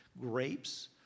grapes